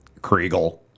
Kriegel